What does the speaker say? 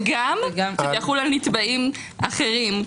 וגם שזה יחול על נתבעים אחרים,